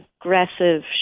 aggressive